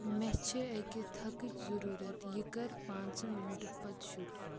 مےٚ چھِ اَکہِ تھکٕچ ضٔروٗرت یہِ کَر پانٛژٕ مِنٹہِ پتہٕ شروٗع